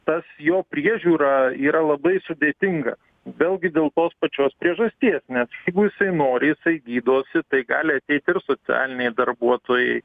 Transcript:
tas jo priežiūra yra labai sudėtinga vėlgi dėl tos pačios priežasties nes jeigu jisai nori jisai gydosi tai gali ateit ir socialiniai darbuotojai